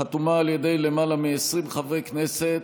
חתומה על ידי למעלה מ-20 חברי כנסת,